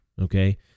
okay